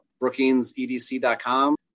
brookingsedc.com